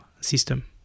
system